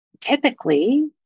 typically